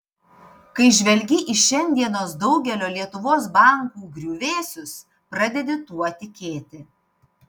kai žvelgi į šiandienos daugelio lietuvos bankų griuvėsius pradedi tuo tikėti